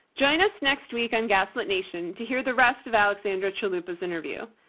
join us next week on gaslit nation to hear the rest of alexandra chalupa's interview.